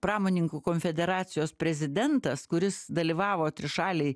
pramoninkų konfederacijos prezidentas kuris dalyvavo trišalėj